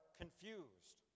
confused